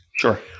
sure